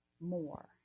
more